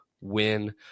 win